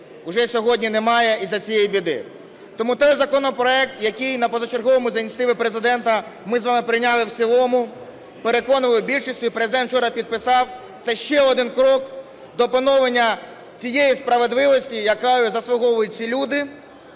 уже сьогодні немає із-за цієї біди. Тому той законопроект, який на позачерговому за ініціативи Президента ми з вами прийняли в цілому, переконували більшістю, і Президент вчора підписав, це ще один крок до поновлення тієї справедливості, яку заслуговують ці люди,